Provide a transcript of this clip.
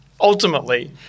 ultimately